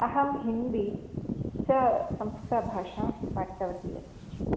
अहं हिन्दी च संस्कृतभाषां पाठितवती अस्मि